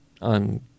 on